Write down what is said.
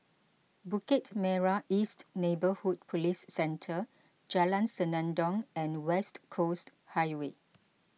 Bukit Merah East Neighbourhood Police Centre Jalan Senandong and West Coast Highway